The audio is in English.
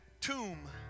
tomb